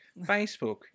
Facebook